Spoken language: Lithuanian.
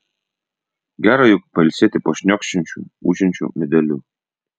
gera juk pailsėti po šniokščiančiu ūžiančiu medeliu